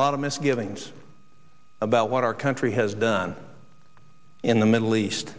lot of misgivings about what our country has done in the middle east